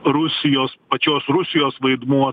rusijos pačios rusijos vaidmuo